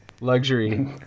luxury